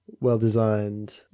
well-designed